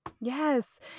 Yes